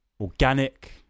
organic